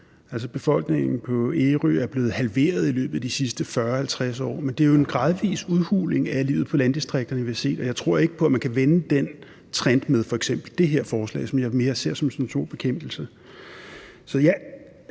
Befolkningen på Ærø er blevet halveret i løbet af de sidste 40-50 år. Det er jo en gradvis udhuling af livet i landdistrikterne, vi vil se, og jeg tror ikke på, at man kan vende den trend med f.eks. det her forslag, som jeg mere ser som symptombekæmpelse.